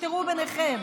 תפתרו ביניכם.